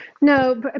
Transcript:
No